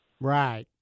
Right